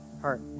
heart